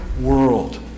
world